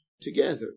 together